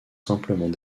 simplement